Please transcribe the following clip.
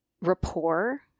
rapport